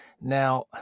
Now